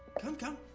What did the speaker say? come, come.